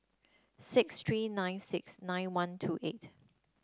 six three nine six nine one two eight